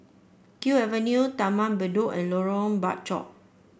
Kew Avenue Taman Bedok and Lorong Bachok